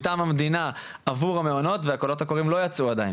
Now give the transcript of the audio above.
מטעם המדינה והקולות הקוראים לא ייצאו עדיין.